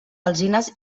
alzines